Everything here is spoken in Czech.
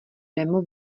demo